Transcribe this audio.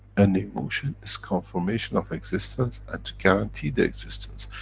and emotion is confirmation of existence and to guarantee their existence,